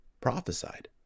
prophesied